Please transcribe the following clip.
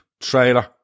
trailer